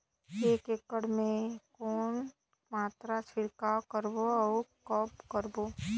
एक एकड़ मे के कौन मात्रा छिड़काव करबो अउ कब करबो?